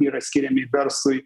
yra skiriami verlslui